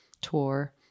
tour